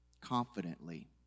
confidently